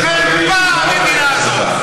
חרפה המדינה הזאת.